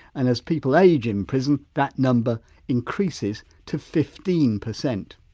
and as people age in prison that number increases to fifteen percent.